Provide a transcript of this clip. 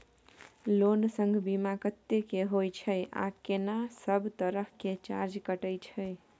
Loan संग बीमा कत्ते के होय छै आ केना सब तरह के चार्ज कटै छै?